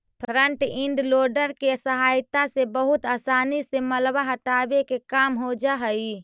front end loader के सहायता से बहुत असानी से मलबा हटावे के काम हो जा हई